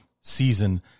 season